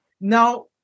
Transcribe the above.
Now